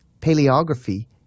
paleography